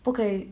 不可以